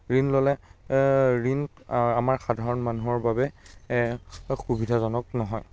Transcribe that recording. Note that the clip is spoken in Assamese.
ঋণ ল'লে ঋণ আমাৰ সাধাৰণ মানুহৰ বাবে সুবিধাজনক নহয়